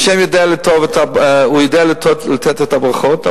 השם יודע לתת את הברכות.